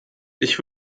ich